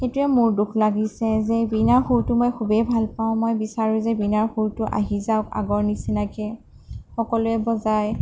সেইটোৱে মোৰ দুখ লাগিছে যে বীণাৰ সুৰটো মই খুবেই ভাল পাওঁ মই বিচাৰোঁ যে বীণাৰ সুৰটো আহি যাওঁক আগৰ নিচিনাকৈ সকলোৱে বজায়